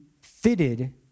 fitted